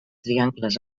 triangles